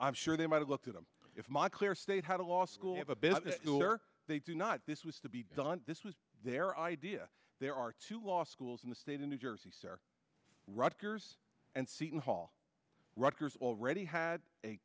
i'm sure they might have looked at them if my clear state had a law school have a bit of it or they do not this was to be done this was their idea there are two law schools in the state in new jersey sir rutgers and seton hall rutgers already had a